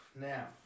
Now